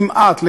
אי-אפשר כמעט,